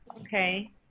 Okay